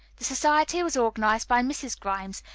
the society was organized by mrs. grimes,